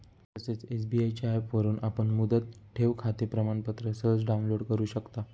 तसेच एस.बी.आय च्या ऍपवरून आपण मुदत ठेवखाते प्रमाणपत्र सहज डाउनलोड करु शकता